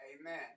Amen